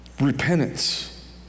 repentance